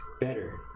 better